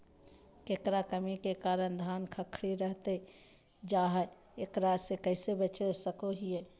केकर कमी के कारण धान खखड़ी रहतई जा है, एकरा से कैसे बचा सको हियय?